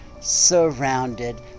surrounded